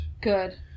Good